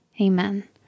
Amen